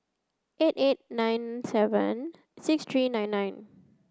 eight eight nine seven six three nine nine